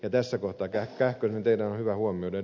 ja tässä kohtaa ed